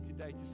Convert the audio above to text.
today